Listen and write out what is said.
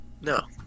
no